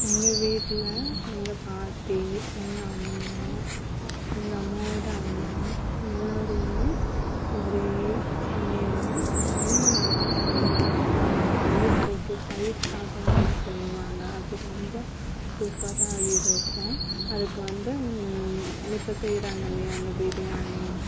எங்கள் வீட்டில் எங்கள் பாட்டி எங்கள் அம்மா எங்கள் அம்மாவோட அம்மா எல்லோருமே ஒரே சமையலை ரொம்ப நல்லா செய்வாங்க அந்த பயிர் போட்டு பயிர் சாதம் ஒன்று செய்வாங்க அது ரொம்ப சூப்பராக இருக்கும் அதுக்கு வந்து இப்போ செய்கிறாங்க இல்லையா அந்த பிரியாணி